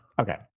Okay